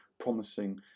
Promising